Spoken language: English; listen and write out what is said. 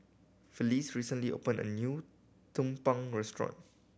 Felicie recently opened a new tumpeng restaurant